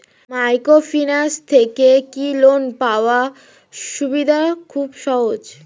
Microfinance থেকে কি loan পাওয়ার সুবিধা খুব সহজ?